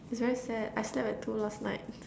it's very sad I slept at two last night